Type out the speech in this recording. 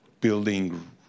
building